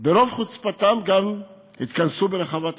ברוב חוצפתם גם התכנסו ברחבת הכותל,